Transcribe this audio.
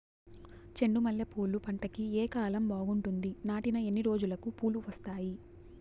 చెండు మల్లె పూలు పంట కి ఏ కాలం బాగుంటుంది నాటిన ఎన్ని రోజులకు పూలు వస్తాయి